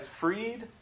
freed